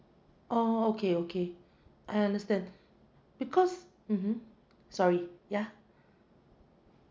oh okay okay I understand because mmhmm sorry yeah